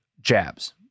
jabs